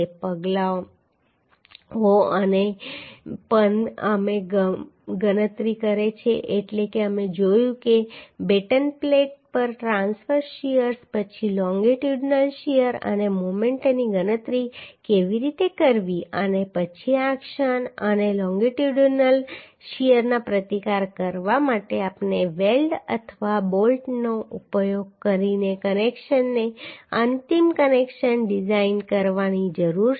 પગલાંઓ અને એ પણ અમે ગણતરી કરી છે એટલે કે અમે જોયું છે કે બેટન પ્લેટ પર ટ્રાંસવર્સ શીયર પછી લોન્ગીટ્યુડીનલ શીયર અને મોમેન્ટની ગણતરી કેવી રીતે કરવી અને પછી આ ક્ષણ અને લોન્ગીટ્યુડીનલ શીયરનો પ્રતિકાર કરવા માટે આપણે વેલ્ડ અથવા બોલ્ટનો ઉપયોગ કરીને કનેક્શનને અંતિમ કનેક્શન ડિઝાઇન કરવાની જરૂર છે